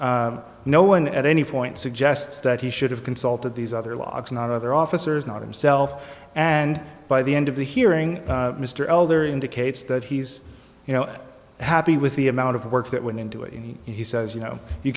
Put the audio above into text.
no one at any point suggests that he should have consulted these other locks not other officers not himself and by the end of the hearing mr elder indicates that he's you know happy with the amount of work that went into it and he says you know you